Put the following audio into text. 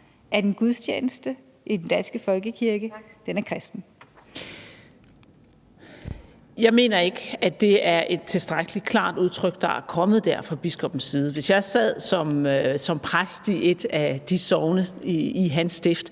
Tak. Værsgo. Kl. 18:55 Marie Krarup (DF): Jeg mener ikke, at det er et tilstrækkelig klart udtryk, der er kommet fra biskoppens side. Hvis jeg sad som præst i et af sognene i hans stift,